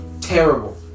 Terrible